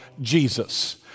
Jesus